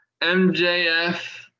MJF